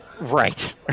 Right